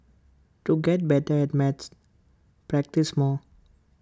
to get better at maths practise more